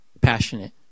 passionate